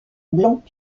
blanc